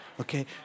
Okay